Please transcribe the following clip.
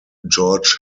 george